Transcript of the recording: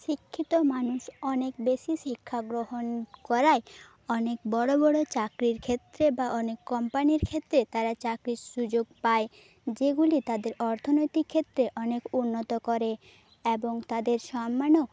শিক্ষিত মানুষ অনেক বেশি শিক্ষাগ্রহণ করায় অনেক বড়ো বড়ো চাকরির ক্ষেত্রে বা অনেক কোম্পানির ক্ষেত্রে তারা চাকরির সুযোগ পায় যেগুলি তাদের অর্থনৈতিক ক্ষেত্রে অনেক উন্নত করে এবং তাদের সম্মানও